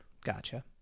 gotcha